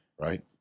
right